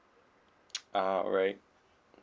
ah alright